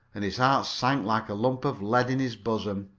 and his heart sank like a lump of lead in his bosom.